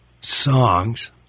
songs